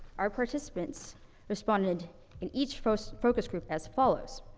our participants responded in each fos focus group as follows.